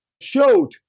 showed